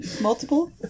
Multiple